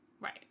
right